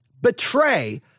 betray